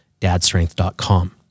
dadstrength.com